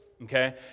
Okay